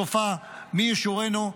וסופה מי ישורנו.